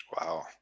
wow